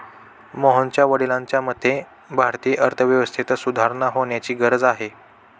मोहनच्या वडिलांच्या मते, भारतीय अर्थव्यवस्थेत सुधारणा होण्याची गरज आहे